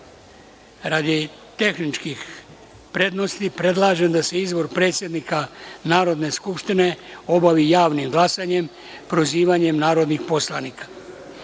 tehničkih prednosti predlažem da se izbor predsednika Narodne skupštine obavi javnim glasanjem, prozivanjem narodnih poslanika. Stavljam